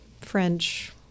French